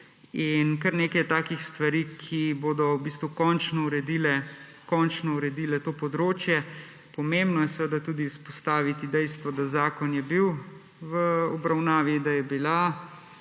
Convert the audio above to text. Kar nekaj je takih stvari, ki bodo končno uredile to področje. Pomembno je tudi izpostaviti dejstvo, da je zakon bil v obravnavi, da je bila